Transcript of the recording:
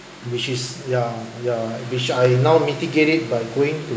which is ya ya which I now mitigate it by going to